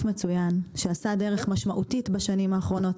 מצוין שעשה דרך משמעותית בשנים האחרונות.